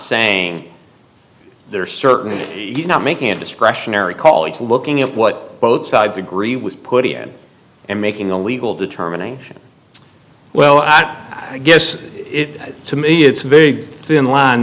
saying they're certainly not making a discretionary call it's looking at what both sides agree with put in and making a legal determination well i guess it to me it's very thin line